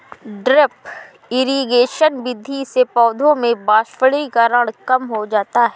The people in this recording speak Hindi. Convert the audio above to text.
ड्रिप इरिगेशन विधि से पौधों में वाष्पीकरण कम हो जाता है